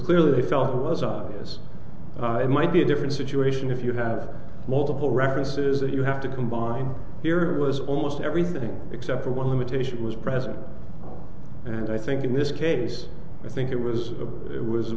clearly they felt it was obvious it might be a different situation if you have multiple references that you have to combine here it was almost everything except for one imitation was present and i think in this case i think it was a it was